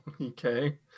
Okay